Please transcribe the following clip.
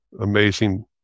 amazing